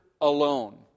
alone